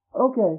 Okay